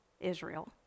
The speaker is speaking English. Israel